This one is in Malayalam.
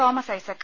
തോമസ് ഐസക്